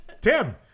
Tim